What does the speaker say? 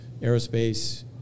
aerospace